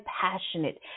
passionate